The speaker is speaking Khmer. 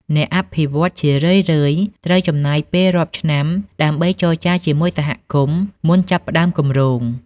អ្នកអភិវឌ្ឍន៍ជារឿយៗត្រូវចំណាយពេលរាប់ឆ្នាំដើម្បីចរចាជាមួយសហគមន៍ មុនចាប់ផ្ដើមគម្រោង។